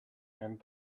and